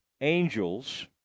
Angels